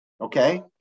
Okay